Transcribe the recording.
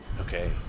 Okay